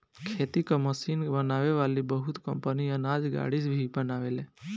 खेती कअ मशीन बनावे वाली बहुत कंपनी अनाज गाड़ी भी बनावेले